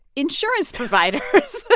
insurance providers